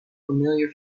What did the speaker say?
familiar